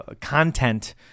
content